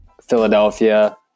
Philadelphia